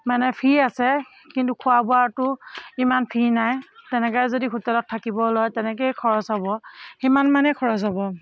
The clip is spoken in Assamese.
মানে ফ্ৰী আছে কিন্তু খোৱা বোৱাতো ইমান ফ্ৰী নাই তেনেকেই যদি হোটেলত থাকিবলৈ তেনেকেই খৰচ হ'ব সিমান মানেই খৰচ হ'ব